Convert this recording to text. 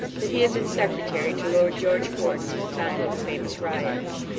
that he had been secretary to lord george gordon in the time of the famous riots.